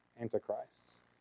Antichrists